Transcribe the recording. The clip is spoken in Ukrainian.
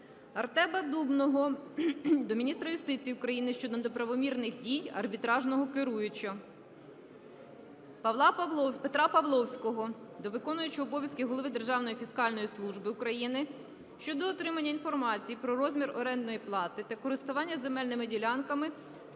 Артема Дубнова до міністра юстиції України щодо неправомірних дій арбітражного керуючого. Петра Павловського до виконуючого обов'язки голови Державної фіскальної служби України щодо отримання інформації про розмір орендної плати та користування земельними ділянками